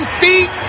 feet